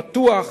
פתוח,